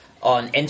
On